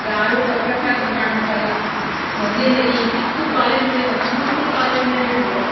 ಯಾರೂ ಪರ್ಫೆಕ್ಟಾಗಿ ಕಾಣಿಸ್ತಾಯಿಲ್ಲ ಮೊದಲಿಂದ ಈ ಚಿಕ್ಕ ಕಾಲೇಜುಗಳಿಂದ ಪಿ ಯು ಸಿ ಕಾಲೇಜಿಂದ ಹಿಡಿದು